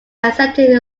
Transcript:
accepted